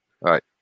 Right